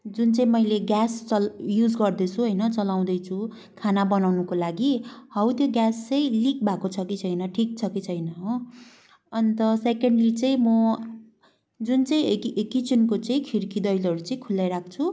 जुन चाहिँ मैले ग्यास चल युज गर्दैछु होइन चलाउँदैछु खाना बनाउनको लागि हौ त्यो ग्यास चाहिँ लिक् भएको छ कि छैन ठिक छ कि छैन हो अन्त सेकेन्डली चाहिँ म जुन चाहिँ कि किचनको चाहिँ खिडकी दैलोहरू खुल्लै राख्छु